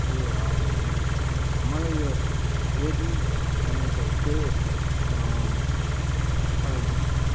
ए हजुर हुन्छ त्यसो भने मलाई यो रेडमी एमआईको त्यही पठाइदिनुहोस् न